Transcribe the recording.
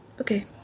Okay